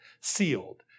sealed